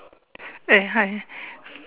eh hi